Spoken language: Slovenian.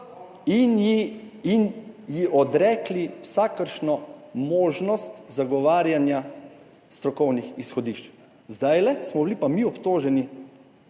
in ji odrekli vsakršno možnost zagovarjanja strokovnih izhodišč. Zdajle smo bili pa mi obtoženi,